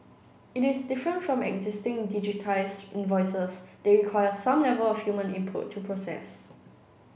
it is different from existing digitised invoices that require some level of human input to process